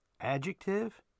adjective